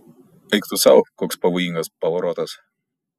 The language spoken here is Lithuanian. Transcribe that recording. eik tu sau koks pavojingas pavarotas